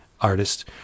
artist